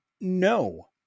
No